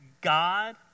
God